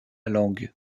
langue